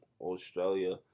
Australia